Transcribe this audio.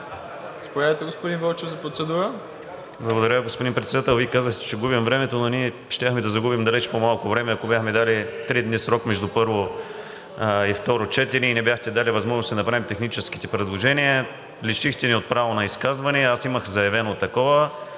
Заповядайте, господин Вълчев, за процедура. КРАСИМИР ВЪЛЧЕВ (ГЕРБ-СДС): Благодаря, господин Председател. Вие казахте, че губим времето, но ние щяхме да загубим далеч по-малко време, ако бяхме дали три дни срок между първо и второ четене и ни бяхте дали възможност да си направим техническите предложения. Лишихте ни от право на изказвания. Аз имах заявено такова.